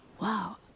wow